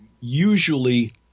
usually